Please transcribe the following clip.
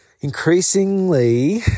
increasingly